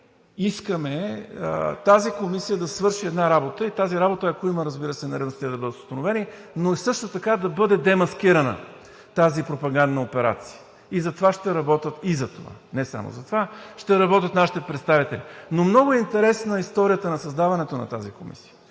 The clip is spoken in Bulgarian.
искаме тази комисия да свърши една работа и тази работа, ако има, разбира се, нередности, да бъдат установени, но и да бъде демаскирана тази пропагандна операция. И за това ще работят нашите представители. Много е интересна историята на създаването на тази комисия.